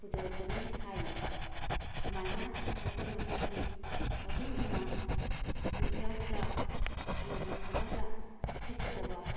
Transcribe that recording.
ꯄꯨꯖꯔꯛꯄꯅꯦ ꯍꯥꯏꯔꯤꯕ ꯁꯃꯥꯏꯅ ꯃꯇꯝ ꯃꯇꯝꯒꯤ ꯃꯇꯨꯡ ꯏꯟꯅ ꯋꯤꯟꯇꯔꯗ ꯑꯃꯗꯤ ꯁꯝꯃꯔꯗ ꯁꯤꯠꯀꯗꯕ